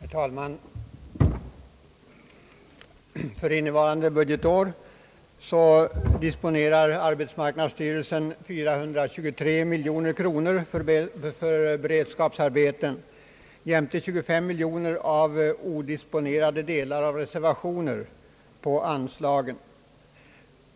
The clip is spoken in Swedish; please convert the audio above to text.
Herr talman! För innevarande budgetår disponerar arbetsmarknadsstyrelsen 423 miljoner kronor för beredskapsarbeten jämte 25 miljoner kronor odisponerade medel av reservationer på anslagen.